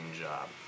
job